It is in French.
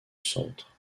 centre